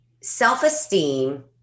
self-esteem